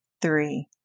three